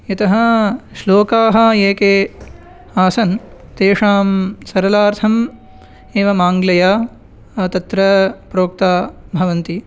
यतः श्लोकाः एके आसन् तेषां सरलार्थम् एवमाङ्ग्लया तत्र प्रोक्ता भवन्ति